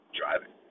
driving